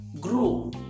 Grow